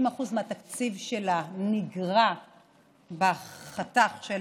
50% מהתקציב שלה נגרע בחתך של